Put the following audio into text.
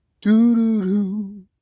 Do-do-do